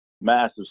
massive